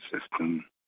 system